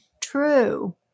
true